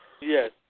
Yes